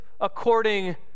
according